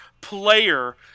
player